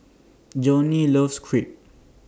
Johnny loves Crepe